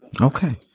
Okay